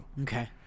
Okay